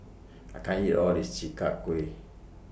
I can't eat All of This Chi Kak Kuih